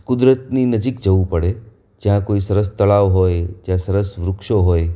કુદરતની નજીક જવું પડે જ્યાં કોઈ સરસ તળાવ હોય જ્યાં સરસ વૃક્ષો હોય